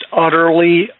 utterly